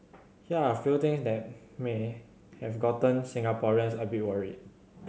here are a few things that may have gotten Singaporeans a bit worried